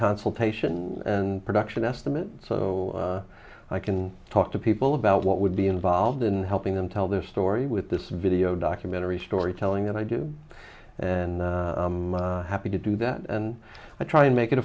consultation and production estimate so i can talk to people about what would be involved in helping them tell their story with this video documentary storytelling and i do and happy to do that and i try to make it